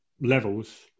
levels